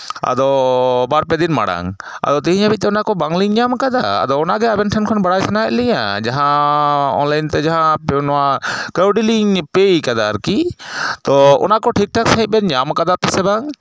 ᱟᱫᱚ ᱵᱟᱨᱯᱮ ᱫᱤᱱ ᱢᱟᱲᱟᱝ ᱟᱫᱚ ᱛᱮᱦᱤᱧ ᱦᱟᱹᱵᱤᱡ ᱛᱮ ᱚᱱᱟ ᱠᱚ ᱵᱟᱝᱞᱤᱧ ᱧᱟᱢ ᱟᱠᱟᱫᱟ ᱟᱫᱚ ᱚᱱᱟᱜᱮ ᱟᱵᱮᱱ ᱴᱷᱮᱱ ᱠᱷᱚᱱ ᱵᱟᱲᱟᱭ ᱥᱟᱱᱟᱭᱮᱫ ᱞᱤᱧᱟ ᱡᱟᱦᱟᱸ ᱚᱱᱞᱟᱭᱤᱱᱛᱮ ᱡᱟᱦᱟᱸ ᱱᱚᱣᱟ ᱠᱟᱹᱣᱰᱤᱞᱤᱧ ᱯᱮ ᱠᱟᱟᱫᱟ ᱟᱨᱠᱤ ᱛᱳ ᱚᱱᱟᱠᱚ ᱴᱷᱤᱠ ᱴᱷᱟᱠ ᱥᱟᱺᱦᱤᱡ ᱵᱮᱱ ᱧᱟᱢ ᱟᱠᱟᱫᱟ ᱥᱮ ᱵᱟᱝ